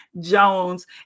Jones